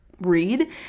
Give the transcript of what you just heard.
read